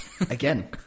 Again